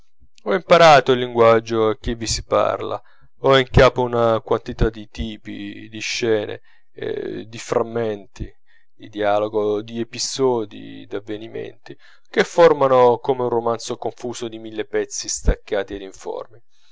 ho imparato il linguaggio che vi si parla ho in capo una quantità di tipi di scene di frammenti di dialogo di episodi d'avvenimenti che formano come un romanzo confuso di mille pezzi staccati ed informi